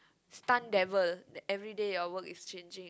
stunt devil then everyday your work is changing